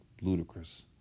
ludicrous